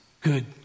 good